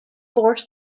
force